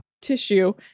tissue